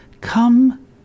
Come